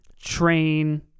train